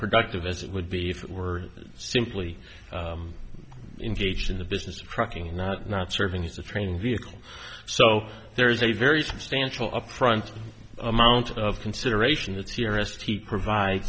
productive as it would be if it were simply engaged in the business of trucking not not serving as a training vehicle so there is a very substantial upfront amount of consideration that cirrus t provide